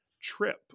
trip